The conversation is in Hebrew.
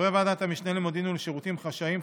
מחברי ועדת המשנה למודיעין ולשירותים חשאיים,